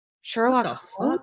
Sherlock